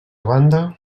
banda